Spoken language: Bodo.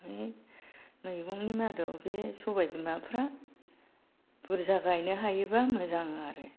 मानि मैगंनि मादाव बे सबाय बिमाफ्रा बुरजा गाइनो हायोबा मोजां आरो